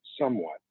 somewhat